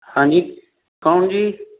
ਹਾਂਜੀ ਕੌਣ ਜੀ